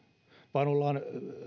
vaan ollaan